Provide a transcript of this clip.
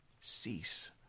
cease